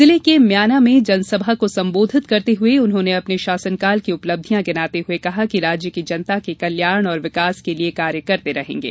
जिले के म्याना में जनसभा को संबोधित करते हुए उन्होंने अपने शासनकाल की उपलब्धियां गिनाते हुए कहा कि राज्य की जनता के कल्याण और विकास के लिये कार्य करते रहेंगे